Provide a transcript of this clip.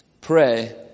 pray